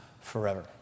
forever